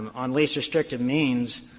on least-restrictive means,